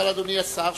אדוני השר,